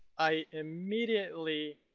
i immediately